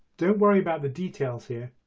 don't worry about the details here